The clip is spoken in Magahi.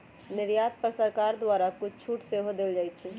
निर्यात पर सरकार द्वारा कुछ छूट सेहो देल जाइ छै